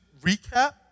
recap